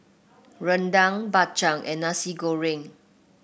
rendang Bak Chang and Nasi Goreng